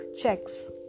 checks